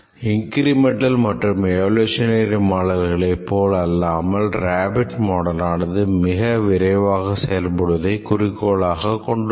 incremental மற்றும் evolutionary மாடல்களை போல் அல்லாமல் ரேபிட் மாடலானது மிக விரைவாக செயல்படுவதை குறிக்கோளாக கொண்டுள்ளது